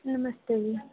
नमस्ते नमस्ते